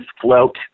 float